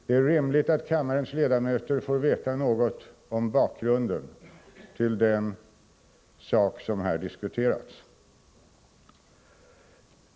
Det är rimligt att kammarens ledamöter får veta något om bakgrunden till den sak som här har diskuterats.